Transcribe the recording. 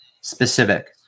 specific